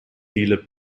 dealer